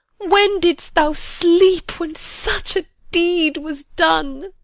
when didst thou sleep when such a deed was done?